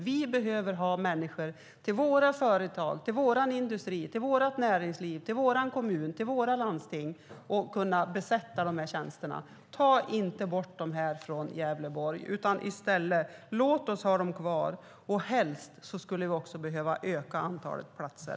Vi behöver ha utbildade människor för att kunna besätta tjänster i våra företag, vår industri, vårt näringsliv och våra kommuner och landsting. Ta inte bort de här programmen från Gävleborg, utan låt oss ha dem kvar! Helst skulle vi också vilja ha ett ökat antal platser.